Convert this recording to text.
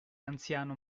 anziano